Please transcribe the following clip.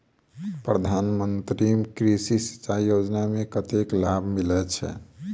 प्रधान मंत्री कृषि सिंचाई योजना मे कतेक लाभ मिलय छै?